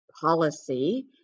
policy